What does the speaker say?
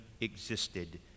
existed